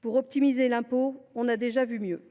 pour optimiser son impôt, on a connu mieux…